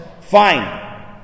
Fine